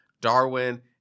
Darwin